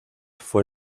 fue